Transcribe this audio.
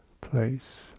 place